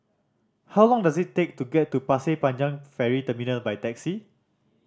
how long does it take to get to Pasir Panjang Ferry Terminal by taxi